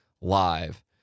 live